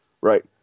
Right